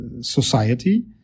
society